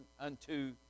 unto